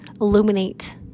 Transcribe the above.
Illuminate